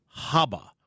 Haba